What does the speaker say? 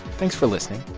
thanks for listening